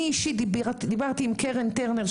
אני אישית דיברתי עם קרן טרנר,